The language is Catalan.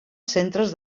centres